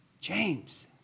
James